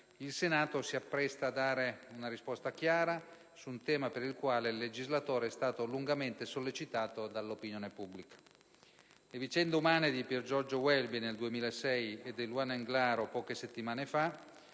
il Senato si appresta a dare una risposta chiara su un tema per il quale il legislatore è stato lungamente sollecitato dall'opinione pubblica. Le vicende umane di Piergiorgio Welby nel 2006 e di Eluana Englaro poche settimane fa